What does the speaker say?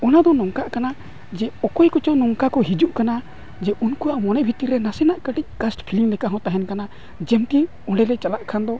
ᱚᱱᱟ ᱫᱚ ᱱᱚᱝᱠᱟᱜ ᱠᱟᱱᱟ ᱡᱮ ᱚᱠᱚᱭ ᱠᱚᱪᱚᱝ ᱱᱚᱝᱠᱟ ᱠᱚ ᱦᱤᱡᱩᱜ ᱠᱟᱱᱟ ᱡᱮ ᱩᱱᱠᱩᱣᱟᱜ ᱢᱚᱱᱮ ᱵᱷᱤᱛᱤᱨ ᱨᱮ ᱱᱟᱥᱮ ᱱᱟᱜ ᱠᱟᱹᱴᱤᱡ ᱠᱚᱥᱴ ᱯᱷᱤᱞᱤᱝ ᱞᱮᱠᱟ ᱦᱚᱸ ᱛᱟᱦᱮᱱ ᱠᱟᱱᱟ ᱡᱮ ᱢᱤᱫᱴᱤᱡ ᱚᱸᱰᱮ ᱞᱮ ᱪᱟᱞᱟᱜ ᱠᱷᱟᱱ ᱫᱚ